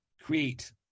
create